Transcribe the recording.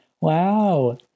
Wow